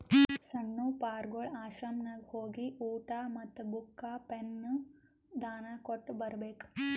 ಸಣ್ಣು ಪಾರ್ಗೊಳ್ ಆಶ್ರಮನಾಗ್ ಹೋಗಿ ಊಟಾ ಮತ್ತ ಬುಕ್, ಪೆನ್ ದಾನಾ ಕೊಟ್ಟ್ ಬರ್ಬೇಕ್